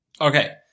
Okay